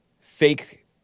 fake